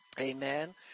Amen